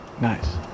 Nice